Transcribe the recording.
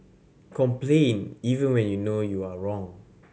complain even when you know you are wrong